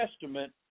Testament